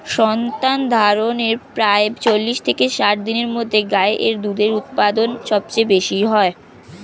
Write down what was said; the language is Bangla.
সন্তানধারণের প্রায় চল্লিশ থেকে ষাট দিনের মধ্যে গাই এর দুধের উৎপাদন সবচেয়ে বেশী হয়